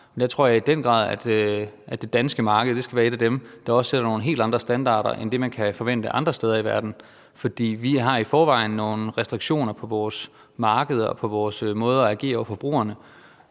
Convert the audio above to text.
men jeg tror i den grad, at det danske marked skal være et af dem, der også sætter nogle helt andre standarder end dem, man kan forvente andre steder i verden, for vi har i forvejen nogle restriktioner på vores markeder og vores måde at agere på over for forbrugerne,